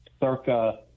circa